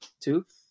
Tooth